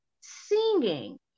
singing